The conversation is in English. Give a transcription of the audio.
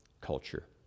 culture